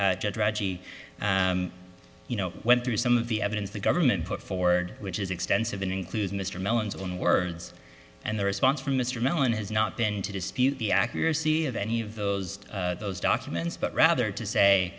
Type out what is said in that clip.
reggie you know went through some of the evidence the government put forward which is extensive in including mr mellon's own words and the response from mr mellon has not been to dispute the accuracy of any of those those documents but rather to say